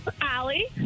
Allie